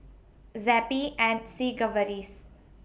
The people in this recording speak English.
Zappy and Sigvaris